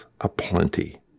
aplenty